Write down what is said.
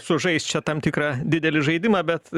sužaist čia tam tikrą didelį žaidimą bet